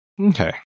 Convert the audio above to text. Okay